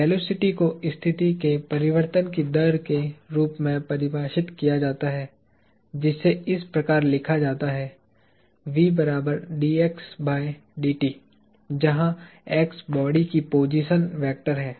velocity को स्थिति के परिवर्तन की दर के रूप में परिभाषित किया जाता है जिसे इस प्रकार लिखा जाता है जहां बॉडी की पोजीशन वेक्टर है